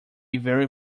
very